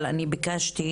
אבל ביקשתי